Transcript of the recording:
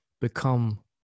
become